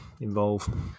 involve